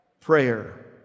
Prayer